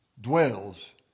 dwells